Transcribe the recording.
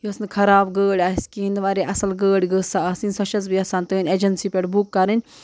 یۄس نہٕ خراب گٲڑۍ آسہِ کِہیٖنۍ واریاہ اَصٕل گٲڑۍ گٔژھ سۄ آسٕنۍ سۄ چھَس بہٕ یژھان تٕہٕنٛدِ اٮ۪جَنسی پٮ۪ٹھ بُک کَرٕنۍ